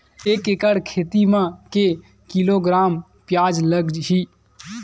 एक एकड़ खेती म के किलोग्राम प्याज लग ही?